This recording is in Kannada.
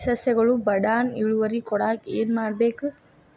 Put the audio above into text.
ಸಸ್ಯಗಳು ಬಡಾನ್ ಇಳುವರಿ ಕೊಡಾಕ್ ಏನು ಮಾಡ್ಬೇಕ್?